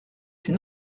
une